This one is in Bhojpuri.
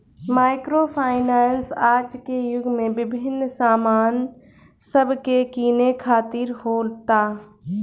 माइक्रो फाइनेंस आज के युग में विभिन्न सामान सब के किने खातिर होता